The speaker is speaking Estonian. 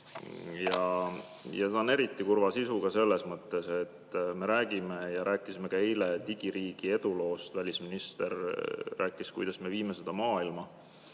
Ta on eriti kurva sisuga selles mõttes, et me räägime ja rääkisime ka eile digiriigi eduloost, välisminister rääkis, kuidas me viime seda maailma,